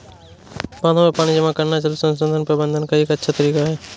बांधों में पानी जमा करना जल संसाधन प्रबंधन का एक अच्छा तरीका है